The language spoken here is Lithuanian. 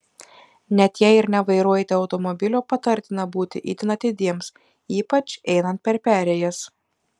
net jei ir nevairuojate automobilio patartina būti itin atidiems ypač einant per perėjas